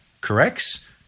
corrects